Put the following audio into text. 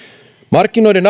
markkinoiden